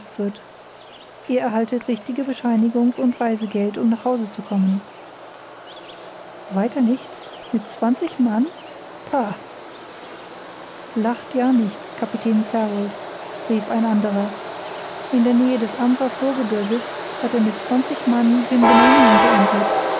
ihr erhaltet richtige bescheinigung und reisegeld um nach hause zu kommen weiter nichts mit zwanzig mann pah lacht ja nicht kapitän sarald rief ein anderer in der nähe des ambra vorgebirges hat er mit zwanzig mann den bananian geentert